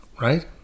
right